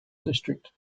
district